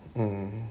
mmhmm